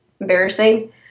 embarrassing